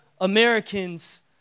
Americans